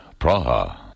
Praha